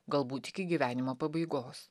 galbūt iki gyvenimo pabaigos